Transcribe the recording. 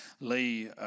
Lee